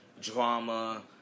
drama